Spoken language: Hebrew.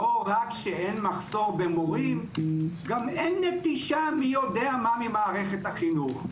ולא רק שאין מחסור במורים אלא גם אין מי יודע מה נטישה ממערכת החינוך.